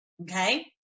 Okay